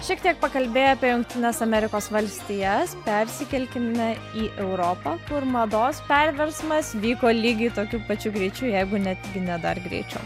šiek tiek pakalbėję apie jungtines amerikos valstijas persikelkime į europą kur mados perversmas vyko lygiai tokiu pačiu greičiu jeigu netgi ne dar greičiau